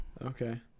Okay